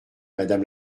madame